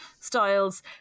styles